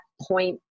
point